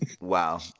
wow